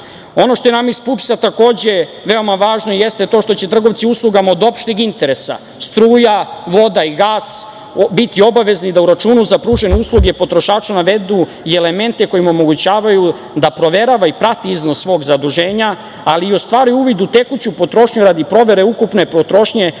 što je nama iz PUPS-a takođe veoma važno jeste to što će trgovci uslugama od opšteg interesa, struja, voda i gas, biti obavezni da u računu za pružene usluge potrošaču navedu i elemente koji mu omogućavaju da proverava i prati iznos svog zaduženja, ali i ostvaruje uvid u tekuću potrošnju radi provere ukupne potrošnje